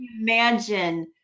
imagine